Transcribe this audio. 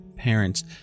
parents